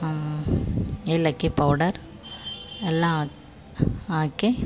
ಏಲಕ್ಕಿ ಪೌಡರ್ ಎಲ್ಲ ಹಾಕಿ ಹಾಕಿ